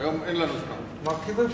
לא מקבלת אותו כשכונה של